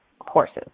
horses